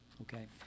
Okay